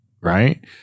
right